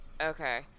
Okay